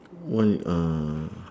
one uh